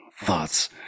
thoughts